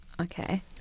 Okay